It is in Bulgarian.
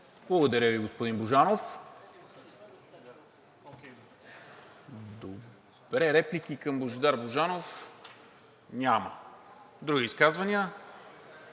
Благодаря Ви, господин Божанов. Реплики към Божидар Божанов? Няма. Други изказвания?